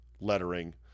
lettering